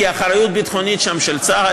כי האחריות הביטחונית שם היא של צה"ל.